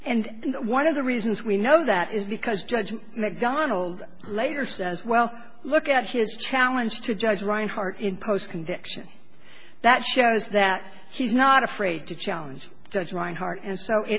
and one of the reasons we know that is because judge mcdonald later says well look at his challenge to judge rinehart in post conviction that shows that he's not afraid to challenge judge reinhart and so it